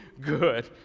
good